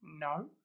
No